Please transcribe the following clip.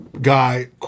guy